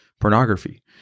pornography